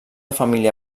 família